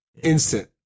instant